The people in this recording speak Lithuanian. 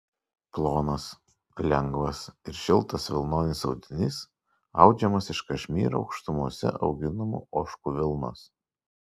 plonas lengvas ir šiltas vilnonis audinys audžiamas iš kašmyro aukštumose auginamų ožkų vilnos